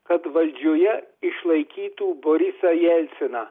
kad valdžioje išlaikytų borisą jelciną